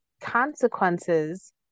consequences